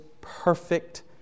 perfect